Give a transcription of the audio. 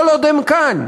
כל עוד הם כאן.